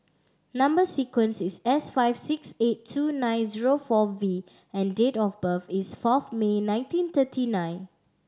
number sequence is S five six eight two nine zero four V and date of birth is fourth May nineteen thirty nine